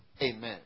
Amen